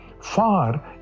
far